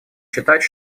считать